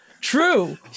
true